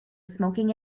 smoking